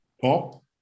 Paul